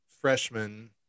freshman